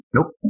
Nope